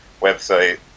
website